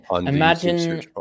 imagine